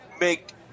make